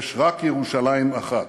יש רק ירושלים אחת.